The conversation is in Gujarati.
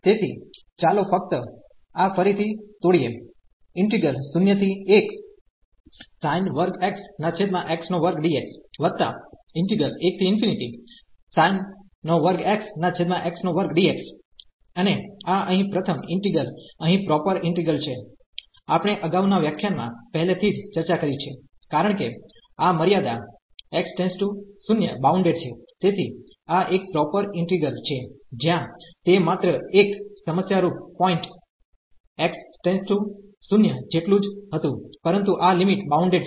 તેથી ચાલો ફક્ત આ ફરીથી તોડીએ અને આ અહીં પ્રથમ ઈન્ટિગ્રલ અહીં પ્રોપર ઈન્ટિગ્રલ છે આપણે અગાઉ ના વ્યાખ્યાનમાં પહેલેથી જ ચર્ચા કરી છે કારણ કે આ મર્યાદા x → 0 બાઉન્ડેડ છે તેથી આ એક પ્રોપર ઈન્ટિગ્રલ છે જ્યાં તે માત્ર એક સમસ્યારૂપ પોઈન્ટ x → 0 જેટલું જ હતું પરંતુ આ લિમિટ બાઉન્ડેડ છે